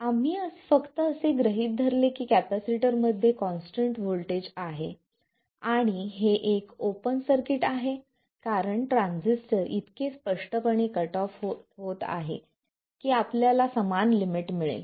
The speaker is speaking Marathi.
आम्ही फक्त असे गृहित धरले की कॅपेसिटर मध्ये कॉन्स्टंट व्होल्टेज आहे आणि हे एक ओपन सर्किट आहे कारण ट्रान्झिस्टर इतके स्पष्टपणे कट ऑफ आहे की आपल्याला समान लिमिट मिळेल